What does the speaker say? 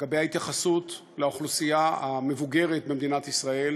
לגבי ההתייחסות לאוכלוסייה המבוגרת במדינת ישראל,